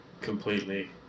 completely